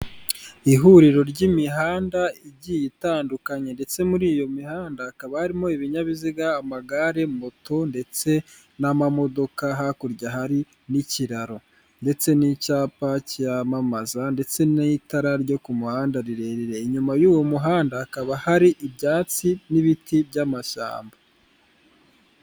Ihuriro ry'imihanda igiye itandukanye ndetse muri iyo mihanda hakaba harimo ibinyabiziga, amagare, moto ndetse n'amamodoka hakurya hari n'ikiraro ndetse n'icyapa cyamamaza ndetse ni'itara ryo ku muhanda rirerire inyuma y'uwo muhanda hakaba hari ibyatsi n'ibiti by'amashyamba.